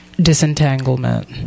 disentanglement